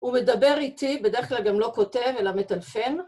הוא מדבר איתי, בדרך כלל גם לא כותב, אלא מטלפן.